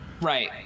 right